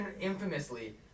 infamously